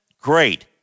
great